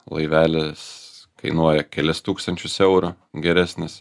laivelis kainuoja kelis tūkstančius eurų geresnis